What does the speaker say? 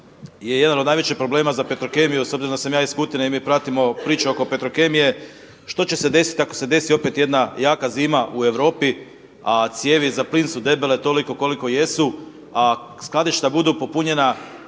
je jedan od najvećih problema za Petrokemiju s obzirom da sam ja iz Kutine i mi pratimo priču oko Petrokemije. Što će se desiti ako se desi opet jedna jaka zima u Europi, a cijevi za plin su debele toliko koliko jesu, a skladišta budu popunjena